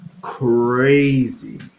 Crazy